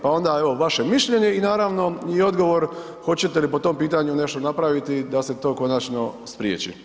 Pa onda, evo vaše mišljenje i naravno i odgovor hoćete li po tom pitanju nešto napraviti da se to konačno spriječi?